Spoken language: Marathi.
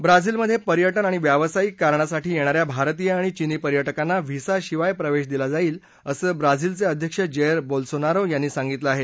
ब्राझीलमध्ये पर्यटन आणि व्यावसायिक कारणासाठी येणाऱ्या भारतीय आणि चिनी पर्यटकांना व्हिसाशिवाय प्रवेश दिला जाईल असं ब्राझीलचे अध्यक्ष जेयर बोल्सोनारो यांनी सांगितलं आहे